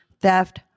theft